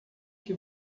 que